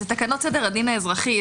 זה תקנות סדר הדין האזרחי,